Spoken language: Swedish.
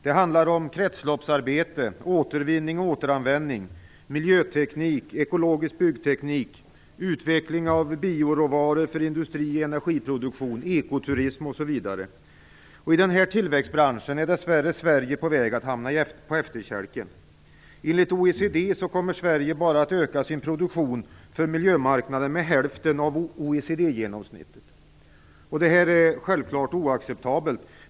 Det handlar om kretsloppsarbete, återvinning och återanvändning, miljöteknik, ekologisk byggteknik, utveckling av bioråvaror för industrioch energiproduktion, ekoturism osv. I dessa tillväxtbranscher är Sverige dess värre på väg att hamna på efterkälken. Enligt OECD kommer Sverige bara att öka sin produktion för miljömarknaden med hälften av OECD-genomsnittet. Detta är självfallet oacceptabelt.